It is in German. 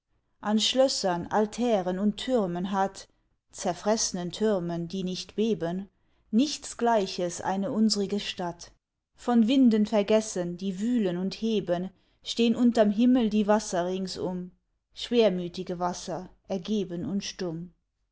an schlössern altären und türmen hat zerfreßnen türmen die nicht beben nichts gleiches eine unsrige stadt von winden vergessen die wühlen und heben stehn unterm himmel die wasser ringsum schwermütige wasser ergeben und stumm